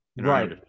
Right